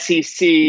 SEC